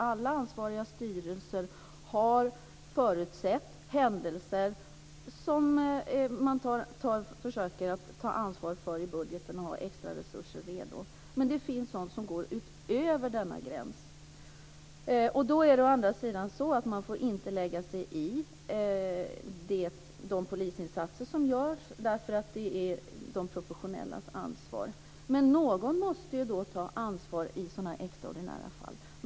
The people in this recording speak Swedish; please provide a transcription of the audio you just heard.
Alla styrelser förutsätter händelser som man tar ansvar för i budgeten genom att se till att det finns extra resurser redo. Men det finns sådant som går utöver denna gräns. Man får inte lägga sig i de polisinsatser som görs, eftersom det är de professionellas ansvar. Men någon måste ju ta ansvar i extraordinära fall.